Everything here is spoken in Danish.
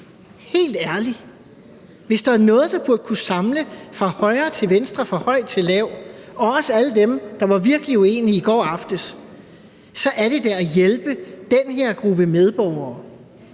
Helt ærligt, hvis der er noget, der burde kunne samle fra højre til venstre, fra høj til lav og også alle dem, der var virkelig uenige i går aftes, så er det da at hjælpe den her gruppe medborgere.